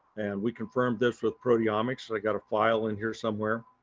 and we confirm this with proteomics. i got a file in here somewhere.